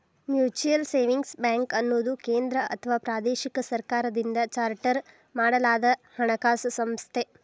mutual savings ಬ್ಯಾಂಕ್ಅನ್ನುದು ಕೇಂದ್ರ ಅಥವಾ ಪ್ರಾದೇಶಿಕ ಸರ್ಕಾರದಿಂದ ಚಾರ್ಟರ್ ಮಾಡಲಾದಹಣಕಾಸು ಸಂಸ್ಥೆ